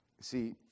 See